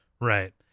Right